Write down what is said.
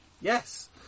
Yes